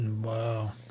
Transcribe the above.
Wow